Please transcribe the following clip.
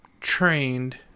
trained